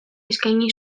eskaini